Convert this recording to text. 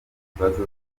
ikibanza